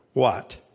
what?